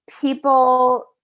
people